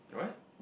what